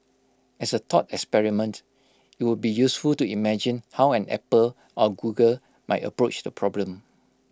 as A thought experiment IT would be useful to imagine how an Apple or Google might approach the problem